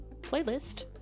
playlist